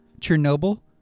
Chernobyl